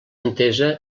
entesa